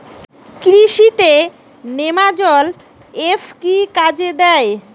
কৃষি তে নেমাজল এফ কি কাজে দেয়?